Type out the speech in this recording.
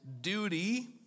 duty